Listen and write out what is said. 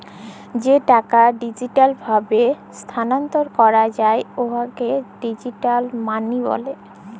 যে টাকা ডিজিটাল ভাবে ইস্থালাল্তর ক্যরা যায় উয়াকে ডিজিটাল মালি ব্যলে